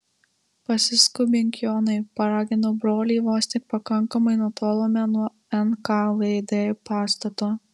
pasiskubink jonai paraginau brolį vos tik pakankamai nutolome nuo nkvd pastato